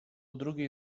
drugiej